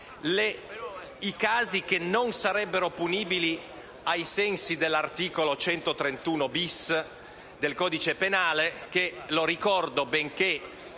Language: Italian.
i casi che non sarebbero punibili ai sensi dell'articolo 131-*bis* del codice penale. Ricordo che, benché